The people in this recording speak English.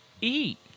eat